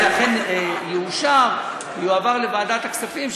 אם זה אכן יאושר ויועבר לוועדת הכספים,